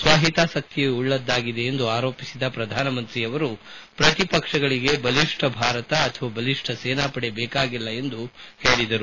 ಸ್ವಹಿತಾಸಕ್ತಿಯುಳ್ಳದ್ದಾಗಿದೆ ಎಂದು ಆರೋಪಿಸಿದ ಪ್ರಧಾನಮಂತ್ರಿ ನರೇಂದ್ರ ಮೋದಿ ಪ್ರತಿಪಕ್ಷಗಳಿಗೆ ಬಲಿಷ್ಠ ಭಾರತ ಅಥವಾ ಬಲಿಷ್ಠ ಸೇನಾಪಡೆ ಬೇಕಾಗಿಲ್ಲ ಎಂದು ಹೇಳಿದರು